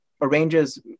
arranges